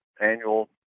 annual